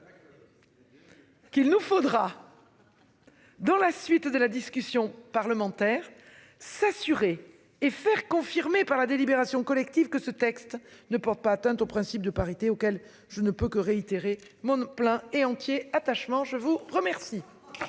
Qu'il nous faudra. Dans la suite de la discussion parlementaire s'assurer et faire confirmer par la délibération collective que ce texte ne porte pas atteinte au principe de parité auquel je ne peux que réitérer mon plein et entier attachement je vous Première.